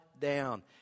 down